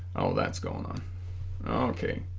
oh that's going on okay